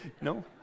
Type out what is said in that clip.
no